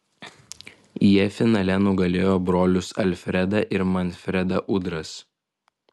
jie finale nugalėjo brolius alfredą ir manfredą udras